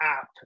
app